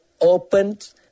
opened